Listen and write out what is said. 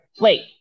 wait